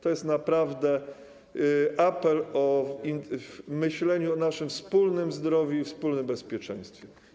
To jest naprawdę apel związany z myśleniem o naszym wspólnym zdrowiu i wspólnym bezpieczeństwie.